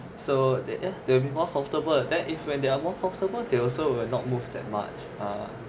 so that they are more comfortable then if they are more comfortable they also will not move that much ahh